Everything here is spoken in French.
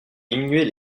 diminuer